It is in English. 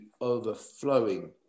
overflowing